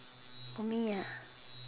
for me